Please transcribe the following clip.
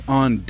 on